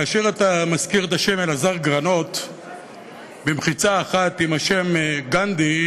כאשר אתה מזכיר את השם אלעזר גרנות במחיצה אחת עם השם גנדי,